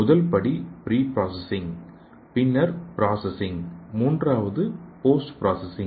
முதல் படி pre processing பின்னர் ப்ராசசிங் மூன்றாவது போஸ்ட் பிராசசிங்